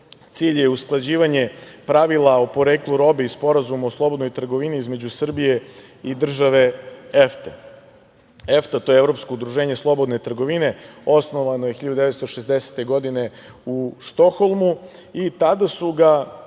Cilj je usklađivanje Pravila o poreklu robe i Sporazuma o slobodnoj trgovini između Srbije i države EFTA. Dakle, EFTA je Evropsko udruženje slobodne trgovine, osnovano 1960. godine u Stokholmu. Tada su